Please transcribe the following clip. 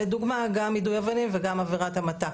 לדוגמה גם יידוי אבנים וגם עבירת המתה,